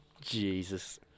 Jesus